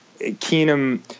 Keenum